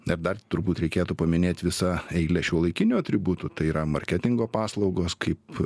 na dar turbūt reikėtų paminėt visą eilę šiuolaikinių atributų tai yra marketingo paslaugos kaip